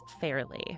fairly